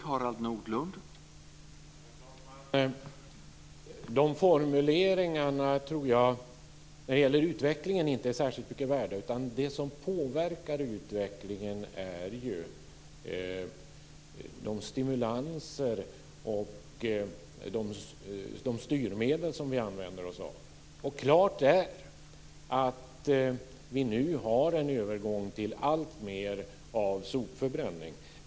Herr talman! Formuleringarna när det gäller utvecklingen tror jag inte är särskilt mycket värda, utan det som påverkar utvecklingen är ju de stimulanser och styrmedel som vi använder oss av. Och klart är att vi nu har en övergång till alltmer av sopförbränning.